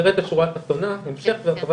אם נרד לשורה התחתונה המשך והרחבת